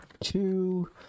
two